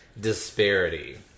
disparity